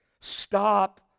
Stop